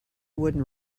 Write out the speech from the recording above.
wooden